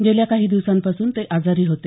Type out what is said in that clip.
गेल्या काही दिवसांपासून ते आजारी होते